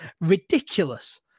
ridiculous